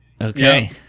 Okay